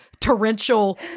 torrential